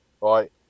right